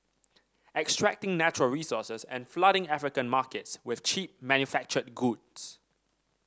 extracting natural resources and flooding African markets with cheap manufactured goods